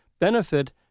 benefit